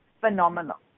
phenomenal